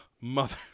Mother